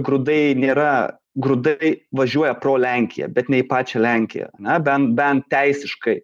grūdai nėra grūdai važiuoja pro lenkiją bet ne į pačią lenkiją ane bent bent teisiškai